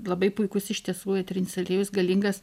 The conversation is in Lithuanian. labai puikus iš tiesų eterinis aliejus galingas